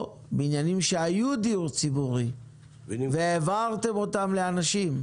או בניינים שהיו דיור ציבורי והעברתם אותם לאנשים,